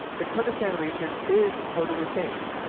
the kurdistan region is totally safe